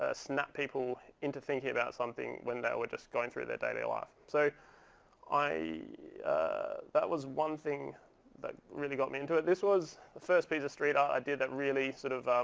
ah snap people into thinking about something when they were just going through their daily life. so that was one thing that really got me into it. this was the first piece of street art i did that really sort of